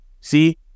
see